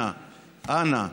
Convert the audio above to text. אנא, אנא,